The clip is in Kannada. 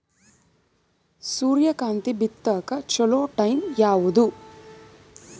ಸೂರ್ಯಕಾಂತಿ ಬಿತ್ತಕ ಚೋಲೊ ಟೈಂ ಯಾವುದು?